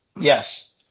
Yes